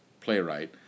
playwright